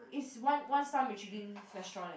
it's one one star Michelin restaurant eh